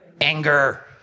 Anger